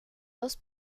dos